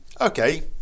okay